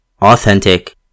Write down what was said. authentic